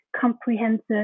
comprehensive